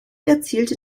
erzielte